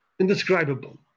Indescribable